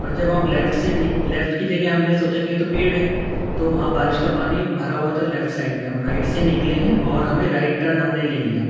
پر جب ہم لیفٹ سے نک لیفٹ کی جگہ ہم نے سوچا یہ تو پیڑ ہے تو وہاں بارش کا پانی بھرا ہوا تھا لیفٹ سائیڈ میں ہم رائٹ سے نکلے ہیں اور ہمیں رائٹ ٹرن ہم نے لے لیا